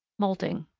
moulting.